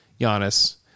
Giannis